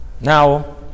Now